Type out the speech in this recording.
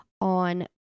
on